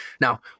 Now